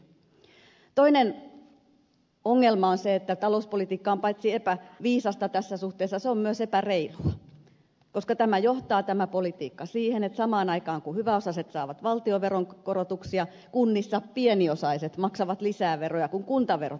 toinen ongelma on se että paitsi että talouspolitiikka on epäviisasta tässä suhteessa se on myös epäreilua koska tämä politiikka johtaa siihen että samaan aikaan kun hyväosaiset saavat valtionveron alennuksia kunnissa pieniosaiset maksavat lisää veroja kun kuntaverot nousevat